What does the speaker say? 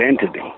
entity